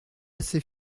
assez